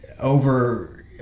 over